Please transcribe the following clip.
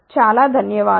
చాలా ధన్యవాదాలు